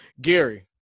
Gary